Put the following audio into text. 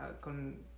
con